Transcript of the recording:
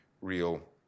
real